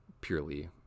purely